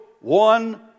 one